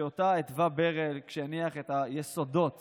שאותו התווה ברל כשהניח את היסודות